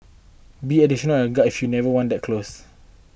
be additionally on your guard if you were never want that close